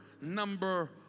number